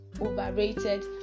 overrated